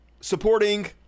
supporting